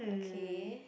okay